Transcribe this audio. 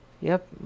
Yep